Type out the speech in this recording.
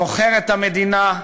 מוכר את המדינה,